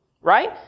right